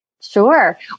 Sure